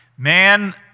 Man